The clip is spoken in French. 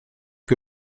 que